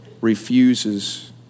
refuses